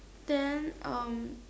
then um